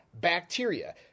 bacteria